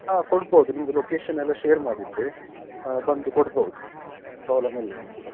ಹಾಂ ಕೊಡ್ಬೋದು ನಿಮ್ಮದು ಲೊಕೇಶನ್ ಎಲ್ಲ ಶೇರ್ ಮಾಡಿದರೆ ಬಂದು ಕೊಡ್ಬೌದು ಪ್ರಾಬ್ಲಮ್ ಇಲ್ಲ ಏನೂ ಕೂಡ